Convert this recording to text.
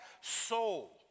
soul